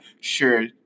sure